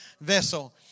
vessel